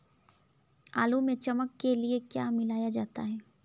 आलू में चमक के लिए क्या मिलाया जाता है?